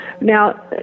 Now